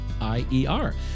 I-E-R